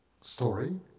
story